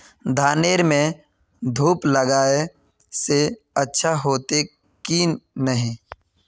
धानेर में धूप लगाए से अच्छा होते की नहीं?